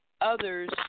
others